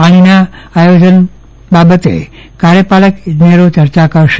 પાણીના આયોજન બાબતે કાર્યપાલક ઇજનેરો સાથે ચર્ચા કરશે